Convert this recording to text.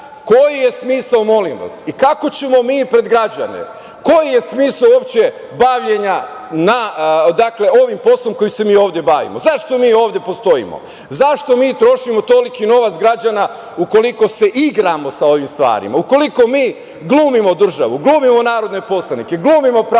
koji je smisao, molim vas, i kako ćemo mi pred građane? Koji je smisao uopšte bavljenja ovim poslom kojim se mi ovde bavimo? Zašto mi ovde postojimo? Zašto mi trošimo toliki novac građana ukoliko se igramo sa ovim stvarima, ukoliko mi glumimo državu, glumimo narodne poslanike, glumimo pravdu,